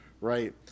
right